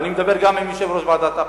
ואני מדבר גם עם יושב-ראש ועדת הפנים,